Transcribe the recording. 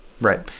Right